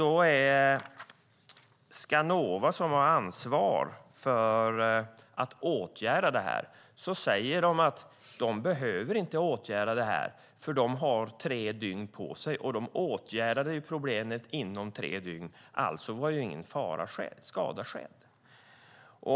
Det är Skanova som har ansvar för att åtgärda det här. De säger att de inte behöver åtgärda det här, för de har tre dygn på sig. De åtgärdade problemet inom tre dygn. Alltså var ingen skada skedd.